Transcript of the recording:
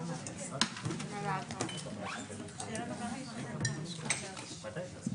ולעשות דברים מן הלב ומן הנשמה.